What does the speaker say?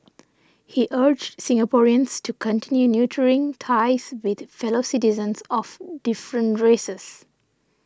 he urged Singaporeans to continue nurturing ties with fellow citizens of different races